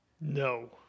No